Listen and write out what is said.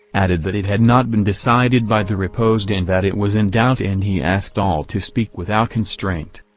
added that it had not been decided by the reposed and that it was in doubt and he asked all to speak without constraint.